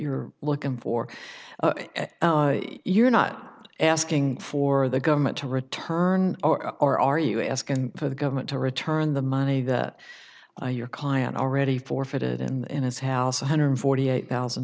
you're looking for you're not asking for the government to return or are you asking for the government to return the money that your client already forfeited in his house one hundred and forty eight thousand